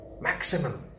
Maximum